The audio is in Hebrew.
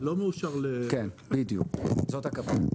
כן, בדיוק, זאת הכוונה.